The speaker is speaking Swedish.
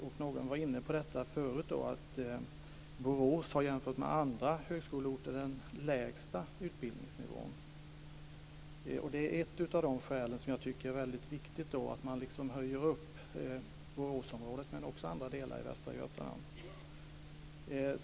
Någon talare var inne på att Borås jämfört med andra högskoleorter har den lägsta utbildningsnivån. Det är ett väldigt viktigt skäl till att man bör höja Boråsområdet men också andra delar av Götaland.